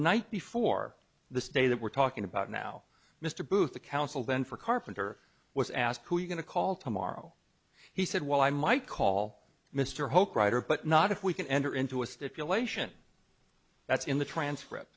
night before the day that we're talking about now mr booth the counsel then for carpenter was asked who are you going to call tomorrow he said well i might call mr hope writer but not if we can enter into a stipulation that's in the transcript